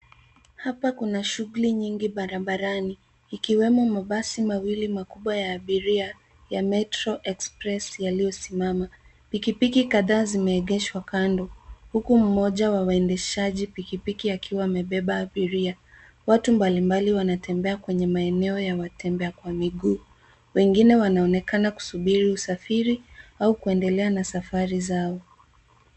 Hapa kuna shughuli nyingi barabarani ikiwemo mabasi mawili makubwa ya abiria ya Metro Express yaliyosimama. Pikipiki kadhaa zimeegeshwa kando huku mmoja wa waendeshaji pikipiki akiwa amebeba abiria. Watu mbalimbali wanatembea kwenye maeneo ya watembea kwa miguu. Wengine wanaonekana kusubiri usafiri au kuendelea na safari zao.